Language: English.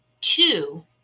Two